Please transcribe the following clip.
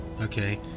okay